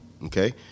Okay